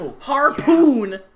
harpoon